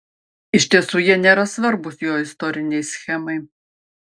iš tiesų jie nėra svarbūs jo istorinei schemai